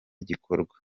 gikorwa